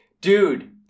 Dude